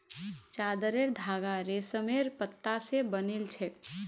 चादरेर धागा रेशमेर पत्ता स बनिल छेक